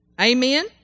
Amen